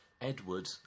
Edward